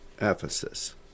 Ephesus